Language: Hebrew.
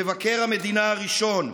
מבקר המדינה הראשון,